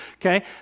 okay